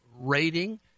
rating